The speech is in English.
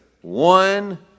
one